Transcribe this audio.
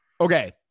Okay